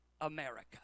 America